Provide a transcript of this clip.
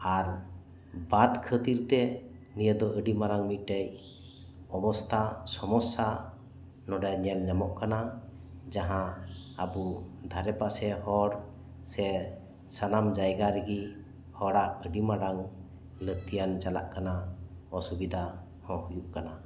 ᱟᱨ ᱵᱟᱛ ᱠᱷᱟᱹᱛᱤᱨ ᱛᱮ ᱱᱤᱭᱟᱹᱫᱚ ᱟᱹᱰᱤ ᱢᱟᱨᱟᱝ ᱢᱤᱫᱴᱮᱱ ᱚᱵᱚᱥᱛᱟ ᱥᱚᱢᱚᱥᱟ ᱱᱚᱰᱮ ᱧᱮᱞ ᱧᱟᱢᱚᱜ ᱠᱟᱱᱟ ᱡᱟᱦᱟᱸ ᱟᱵᱩ ᱫᱷᱟᱨᱮ ᱯᱟᱥᱮ ᱦᱚᱲ ᱥᱮ ᱥᱟᱱᱟᱢ ᱡᱟᱭᱜᱟ ᱨᱮᱜᱤ ᱦᱚᱲᱟᱜ ᱟᱹᱰᱤ ᱢᱟᱨᱟᱝ ᱞᱟᱹᱠᱛᱤᱭᱟᱱ ᱪᱟᱞᱟᱜ ᱠᱟᱱᱟ ᱚᱥᱩᱵᱤᱫᱷᱟ ᱦᱚᱸ ᱦᱩᱭᱩᱜ ᱠᱟᱱᱟ